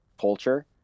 culture